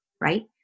right